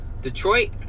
Detroit